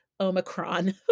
Omicron